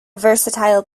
versatile